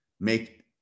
make